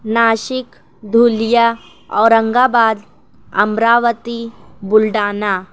Nashik Dhulia Aurangabad Amravati Buldhana